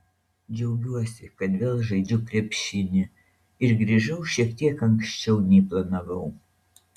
džiaugiuosi kad vėl žaidžiu krepšinį ir grįžau šiek tiek anksčiau nei planavau